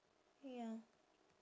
ya